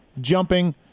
jumping